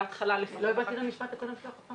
לא הבנתי את המשפט האחרון.